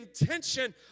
intention